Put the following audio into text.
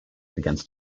against